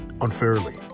unfairly